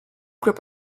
group